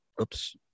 Oops